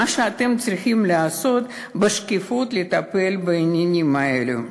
מה שאתם צריכים לעשות: לטפל בעניינים האלה בשקיפות.